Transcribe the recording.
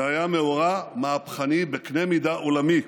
זה היה מאורע מהפכני בקנה מידה עולמי,